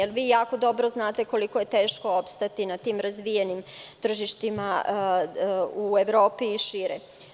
Jako dobro znate koliko je teško opstati na tim razvijenim tržištima u Evropi i šire.